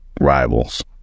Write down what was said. rivals